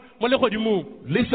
listen